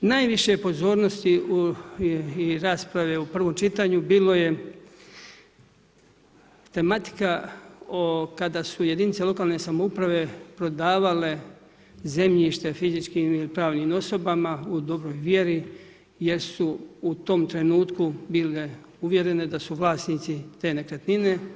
Najviše pozornosti i rasprave u prvom čitanju bilo je tematika kada su jedinice lokalne samouprave prodavale zemljište fizičkim i pravnim osobama u dobroj vjeri jer su u tom trenutku bile uvjerene da su vlasnici te nekretnine.